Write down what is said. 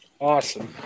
awesome